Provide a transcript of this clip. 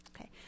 Okay